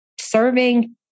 serving